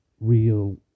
real